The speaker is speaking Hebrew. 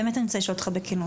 באמת אני רוצה לשאול אותך בכנות.